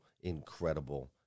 incredible